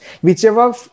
whichever